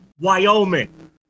Wyoming